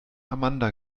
amanda